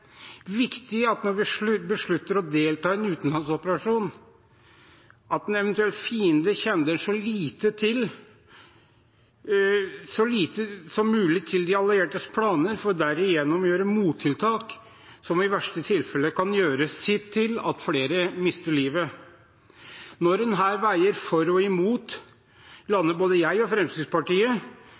når vi beslutter å delta i en utenlandsoperasjon, at en eventuell fiende kjenner så lite som mulig til de alliertes planer, slik at de ikke kan gjøre mottiltak som i verste fall kan gjøre sitt til at flere mister livet. Når en her veier for og imot, lander både jeg og Fremskrittspartiet